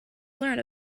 learn